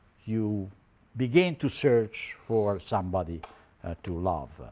you began to search for somebody to love.